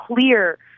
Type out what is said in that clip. clear